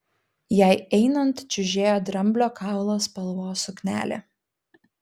jai einant čiužėjo dramblio kaulo spalvos suknelė